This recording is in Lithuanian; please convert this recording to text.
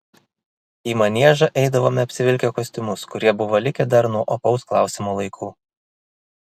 į maniežą eidavome apsivilkę kostiumus kurie buvo likę dar nuo opaus klausimo laikų